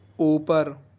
اوپر